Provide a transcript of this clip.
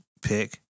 pick